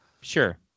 sure